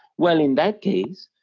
well, in that case,